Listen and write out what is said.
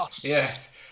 Yes